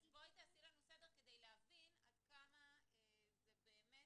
אז בואי תעשי לנו סדר כדי להבין עד כמה זה באמת